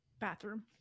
bathroom